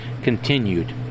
continued